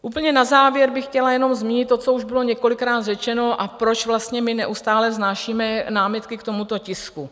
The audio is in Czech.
Úplně na závěr bych chtěla jenom zmínit to, co už bylo několikrát řečeno, proč vlastně my neustále vznášíme námitky k tomuto tisku.